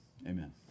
amen